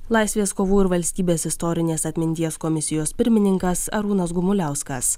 laisvės kovų ir valstybės istorinės atminties komisijos pirmininkas arūnas gumuliauskas